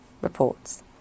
reports